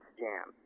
jam